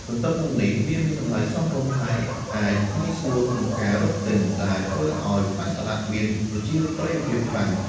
ទន្ទឹមនឹងនេះ វាមានតម្លៃសមរម្យ ហើយអាចងាយស្រួលក្នុងការរកទិញ ដែលធ្វើឱ្យផ្លែសាឡាក់មានប្រជាប្រិយភាពខ្លាំង។